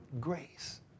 grace